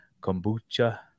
Kombucha